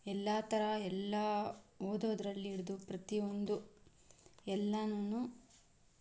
ಎಲ್ಲ ಥರ ಎಲ್ಲ ಓದೋದರಲ್ಲಿ ಹಿಡ್ದು ಪ್ರತಿಯೊಂದು ಎಲ್ಲನು